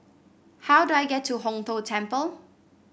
how do I get to Hong Tho Temple